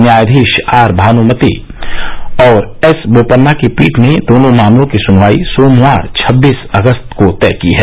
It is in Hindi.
न्यायाधीश आर भानूमति और एस बोपन्ना की पीठ ने दोनों मामलों की सुनवाई सोमवार छबीस अगस्त को तय की है